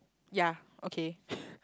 ya okay